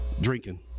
drinking